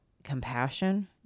compassion